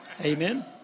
Amen